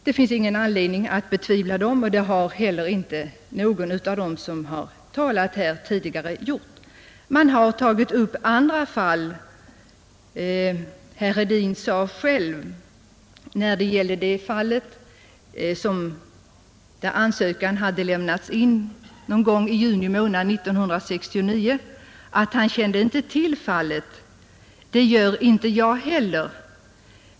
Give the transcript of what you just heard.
Det finns ingen anledning att betvivla dem, och det har heller inte någon av dem som talat här tidigare gjort. Man har tagit upp andra fall. Herr Hedin sade själv när det gällde det fall där ansökan hade lämnats in någon gång i juni 1969, att han inte kände till fallet. Det gör inte jag heller.